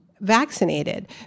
vaccinated